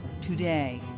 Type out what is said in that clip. today